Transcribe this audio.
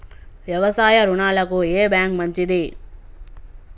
వ్యవసాయ రుణాలకు ఏ బ్యాంక్ మంచిది?